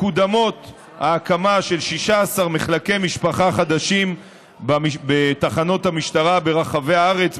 מקודמת ההקמה של 16 מחלקי משפחה חדשים בתחנות המשטרה ברחבי הארץ,